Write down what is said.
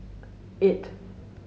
eight